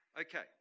Okay